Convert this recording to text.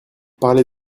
parler